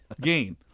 gain